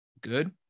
good